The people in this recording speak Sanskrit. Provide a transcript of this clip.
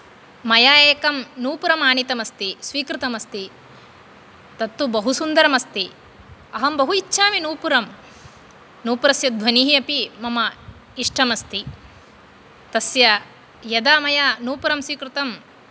मया एकं नूपूरं आनीतम् अस्ति स्वीकृतम् अस्ति तत्तु बहु सुन्दरम् अस्ति अहं बहु इच्छामि नूपूरं नूपूरस्य ध्वनिः अपि मम इष्टम् अस्ति तस्य यदा मया नूपूरं स्वीकृतम्